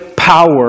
power